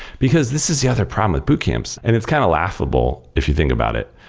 because this is the other problem with boot camps, and it's kind of laughable if you think about it.